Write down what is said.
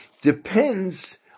depends